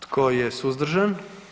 Tko je suzdržan?